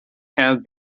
had